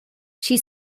she